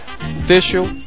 official